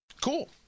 cool